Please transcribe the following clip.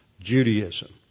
Judaism